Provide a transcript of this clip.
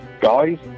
Guys